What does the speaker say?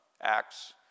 Acts